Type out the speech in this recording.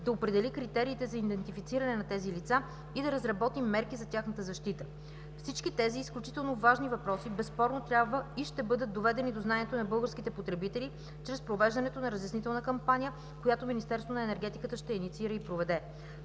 да определи критериите за идентифициране на тези лица и да разработи мерки за тяхната защита. Всички тези изключително важни въпроси безспорно трябва и ще бъдат доведени до знанието на българските потребители чрез провеждането на разяснителна кампания, която Министерството на енергетиката ще инициира и проведе.